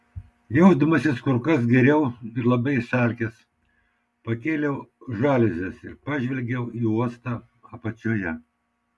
jausdamasis kur kas geriau ir labai išalkęs pakėliau žaliuzes ir pažvelgiau į uostą apačioje